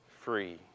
free